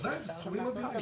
עדיין זה סכומים אדירים.